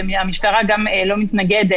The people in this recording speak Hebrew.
וגם המשטרה לא מתנגדת,